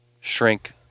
shrink